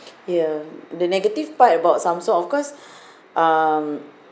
ya the negative part about samsung of course um